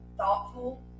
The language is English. Thoughtful